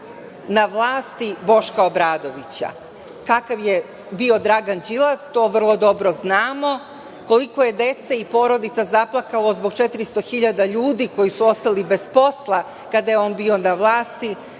na vlasti Boška Obradovića. Kakav je bio Dragan Đilas, to vrlo dobro znamo, koliko je dece i porodica zaplakalo zbog 400 hiljada ljudi koji su ostali bez posla kada je on bio na vlast